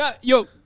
Yo